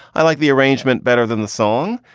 i like the arrangement better than the song,